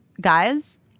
guys